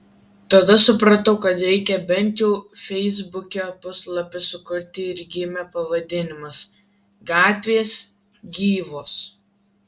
tada supratau kad reikia bent jau feisbuke puslapį sukurti ir gimė pavadinimas gatvės gyvos